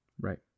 Right